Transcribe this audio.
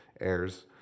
airs